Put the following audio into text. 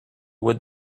would